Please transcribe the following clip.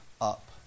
up